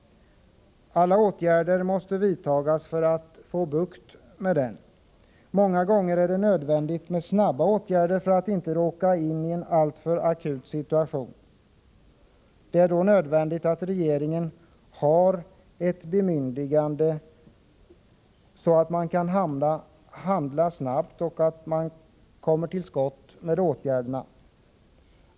Alla åtgärder måste vidtas för att få bukt med arbetslösheten. Många gånger är det nödvändigt med snara åtgärder för att inte råka in i alltför akuta situationer. Det är då nödvändigt att regeringen har ett bemyndigande, så att den kan handla snabbt och komma till skott med åtgärderna.